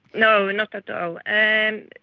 no, not at all. and